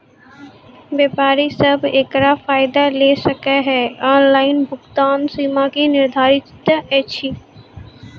व्यापारी सब एकरऽ फायदा ले सकै ये? ऑनलाइन भुगतानक सीमा की निर्धारित ऐछि?